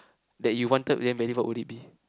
that you wanted damn badly what would it be